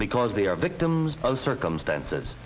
because they are victims of circumstances